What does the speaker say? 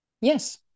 Yes